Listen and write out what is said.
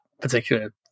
particular